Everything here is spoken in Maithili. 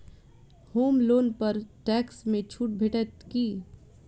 होम लोन पर टैक्स मे छुट भेटत की